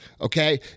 okay